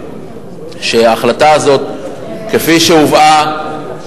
שההחלטה הזאת כפי שהובאה,